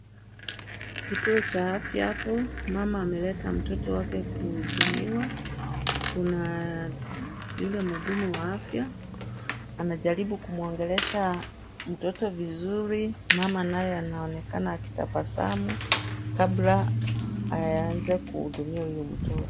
Kituo cha afya hapo. Mama ameleta mtoto wake kuhudumiwa na yule mhudumu wa afya anajaribu kumuongelesha mtoto vizuri. Mama naye anaonekana akitabasamu kabla waanze kuhudumia uyo mtoto.